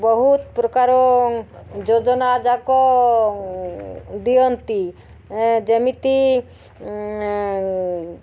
ବହୁତ ପ୍ରକାର ଯୋଜନା ଯାକ ଦିଅନ୍ତି ଯେମିତି